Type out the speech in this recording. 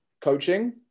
coaching